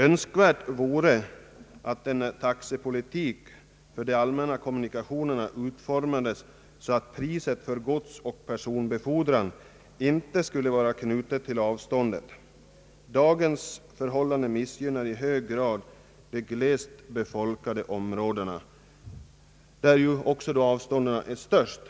Önskvärt vore att en taxepolitik för de allmänna kommunikationerna utformades så att priset för godsoch personbefordran inte skulle vara knutet till avståndet. Dagens förhållande missgynnar i hög grad de glest befolkade områdena, där ju också avstånden är störst.